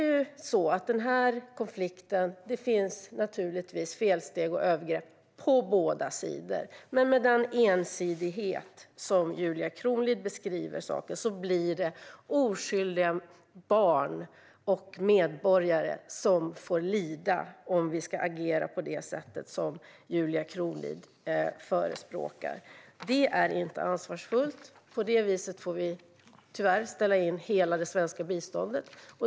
I den här konflikten görs det naturligtvis felsteg och övergrepp på båda sidor, men Julia Kronlid beskriver saken med en ensidighet. Det blir oskyldiga barn och medborgare som får lida om vi ska agera på det sätt som Julia Kronlid förespråkar. Det är inte ansvarsfullt. På det viset får vi tyvärr ställa in hela det svenska biståndet.